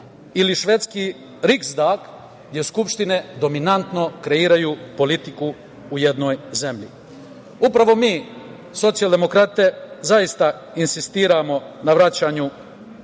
ili švedski Riksdag, jer skupštine dominantno kreiraju politiku u jednoj zemlji. Upravo mi, socijaldemokrate, zaista insistiramo na vraćanju